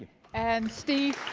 and steve,